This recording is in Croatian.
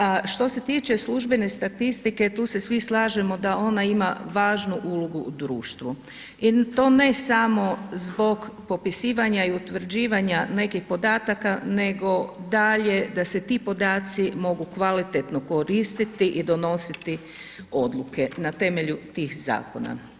A što se tiče službene statistike tu se svi slažemo da ona ima važnu ulogu u društvu i to ne samo zbog popisivanja i utvrđivanja nekih podataka nego daje da se ti podaci mogu kvalitetno koristiti i donositi odluke na temelju tih zakona.